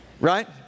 Right